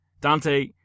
Dante